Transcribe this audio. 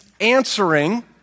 answering